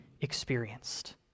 experienced